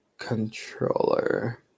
controller